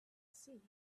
see